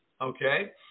okay